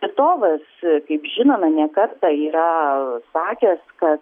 titovas kaip žinome ne kartą yra sakęs kad